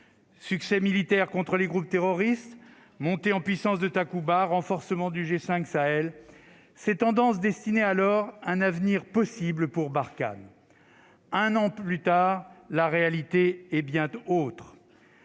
succès militaire contre les groupes terroristes, montée en puissance de Takuba renforcement du G5 Sahel ces tendances destinée alors un avenir possible pour Barkhane un an plus tard, la réalité et bien d'autres,